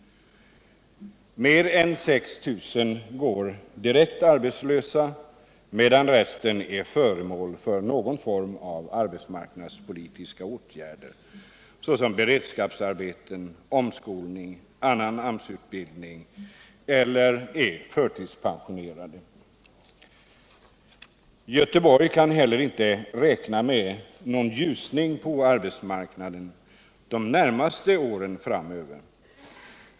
Mer än 6 000 går direkt arbetslösa, medan resten är föremål för någon form av arbetsmarknadspolitiska åtgärder — beredskapsarbeten, omskolning eller annan AMS utbildning — eller är förtidspensionerade. Göteborg kan heller inte räkna med någon ljusning på arbetsmarknaden under de närmaste åren framöver.